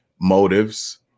motives